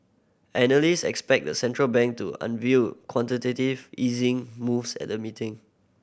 analyst expect the central bank to unveil quantitative easing moves at the meeting